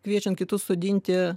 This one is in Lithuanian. kviečiant kitus sodinti